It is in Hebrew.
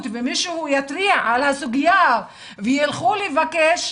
ומישהו יתריע על הסוגיה וילכו לבקש,